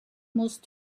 musst